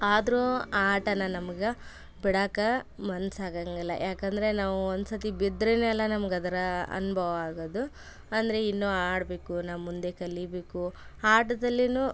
ಆದರೂ ಆ ಆಟನ ನಮ್ಗೆ ಬಿಡಕ್ಕ ಮನ್ಸಾಗೋಂಗಿಲ್ಲ ಯಾಕಂದರೆ ನಾವು ಒಂದು ಸತಿ ಬಿದ್ರೇ ಅಲ್ಲ ನಮ್ಗೆ ಅದರ ಅನುಭವ ಆಗೋದು ಅಂದರೆ ಇನ್ನೂ ಆಡಬೇಕು ನಾ ಮುಂದೆ ಕಲಿಯಬೇಕು ಆಟದಲ್ಲಿನೂ